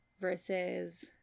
versus